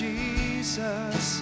Jesus